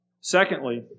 Secondly